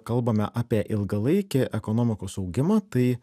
kalbame apie ilgalaikį ekonomikos augimą tai